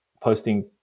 posting